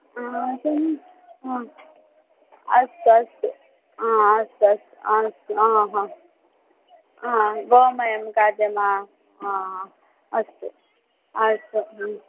हा हा अस्तु अस्तु हा अस्तु अस्तु हा हा हा गोमयं कार्यम हा अस्तु अस्तु हा